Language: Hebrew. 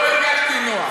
אירוע חגיגי.